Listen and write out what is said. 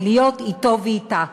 ולהיות אתו ואתה.